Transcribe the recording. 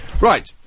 Right